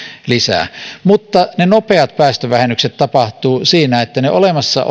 lisää mutta ne nopeat päästövähennykset tapahtuvat niin että se olemassa